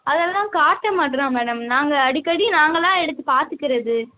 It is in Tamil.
அதெல்லாம் காட்ட மாட்டுறான் மேடம் நாங்கள் அடிக்கடி நாங்களாக எடுத்துப் பார்த்துக்கிறது